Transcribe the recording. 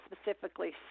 specifically